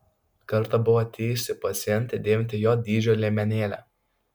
kartą buvo atėjusi pacientė dėvinti j dydžio liemenėlę